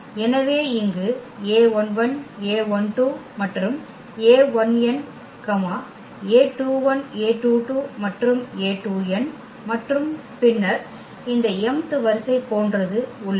எனவே இங்கு a11 a12 மற்றும் a1n a21 a22 மற்றும் a2n மற்றும் பின்னர் இந்த m th வரிசை போன்றது உள்ளது